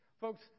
Folks